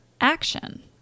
action